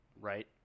right